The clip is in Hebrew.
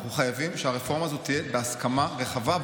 אנחנו חייבים שהרפורמה הזאת תהיה בהסכמה רחבה,